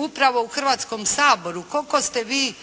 upravo u Hrvatskom saboru koliko ste vi